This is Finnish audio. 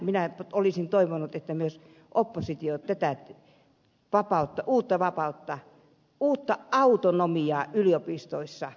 minä olisin toivonut että myös oppositio tätä uutta vapautta uutta autonomiaa yliopistoissa kannattaisi